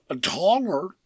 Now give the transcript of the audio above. taller